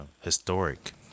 historic